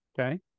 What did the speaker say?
Okay